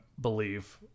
believe